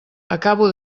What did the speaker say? acabo